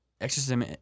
exorcism